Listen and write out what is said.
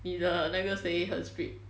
你的那个谁很 strict